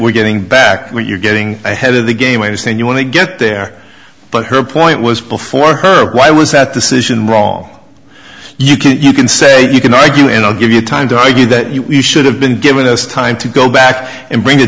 we're getting back when you're getting ahead of the game when you say you want to get there but her point was before her why was that decision wrong you can't you can say you can argue and i'll give you time to argue that you should have been given this time to go back and bring the